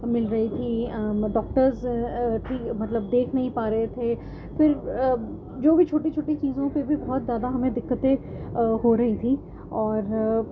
مل رہی تھی ڈاکٹرز مطلب دیکھ نہیں پا رہے تھے پھر جو بھی چھوٹی چھوٹی چیزوں پہ بھی بہت زیادہ ہمیں دقتیں ہو رہی تھیں اور